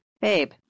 babe